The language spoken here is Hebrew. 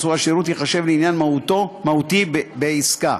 או השירות ייחשב לעניין מהותי בעסקה.